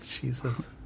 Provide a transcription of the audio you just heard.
Jesus